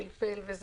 פלפל וכו'.